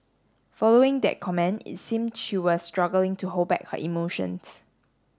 following that comment it seem she was struggling to hold back her emotions